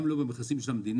גם לא במכרזים של המדינה.